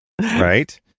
right